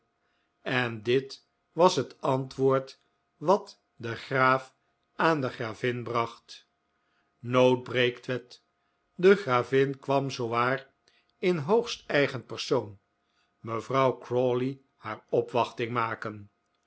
en dit was het antwoord wat de graaf aan de gravin bracht nood breekt wet de gravin kwam zoowaar in hoogst eigen persoon mevrouw crawley haar opwachting maken